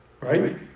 Right